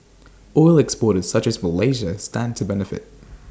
oil exporters such as Malaysia stand to benefit